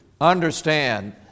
understand